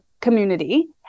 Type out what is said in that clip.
community